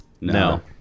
No